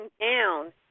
down